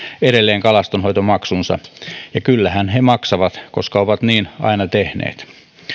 edelleen kalastonhoitomaksunsa ja kyllähän he maksavat koska ovat niin aina tehneet